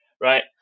right